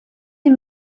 sie